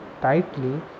tightly